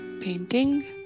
Painting